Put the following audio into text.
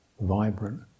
vibrant